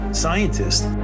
scientists